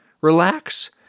relax